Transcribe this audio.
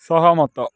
ସହମତ